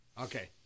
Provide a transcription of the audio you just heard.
Okay